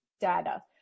data